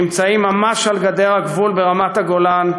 נמצאים ממש על גדר הגבול ברמת-הגולן,